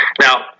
Now